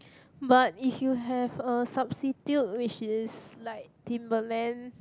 but if you have a substitute which is like Timberland